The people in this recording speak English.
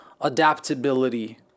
Adaptability